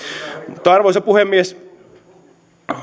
arvoisa puhemies